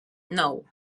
nou